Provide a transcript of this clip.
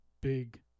big